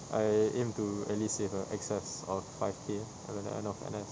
I aim to at least save a excess of five K err by the end of N_S